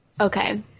Okay